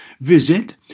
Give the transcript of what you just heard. Visit